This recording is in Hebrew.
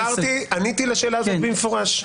עניתי לשאלה הזאת במפורש.